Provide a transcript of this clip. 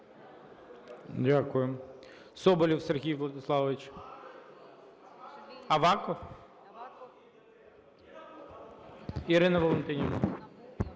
Соболєв Сергій Владиславович. Аваков? Ірина Валентинівна.